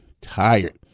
tired